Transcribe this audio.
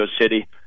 City